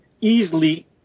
easily